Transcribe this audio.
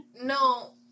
no